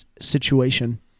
situation